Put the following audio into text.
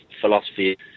philosophy